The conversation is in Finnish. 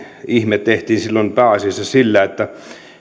ihme tehtiin silloin pääasiassa sillä että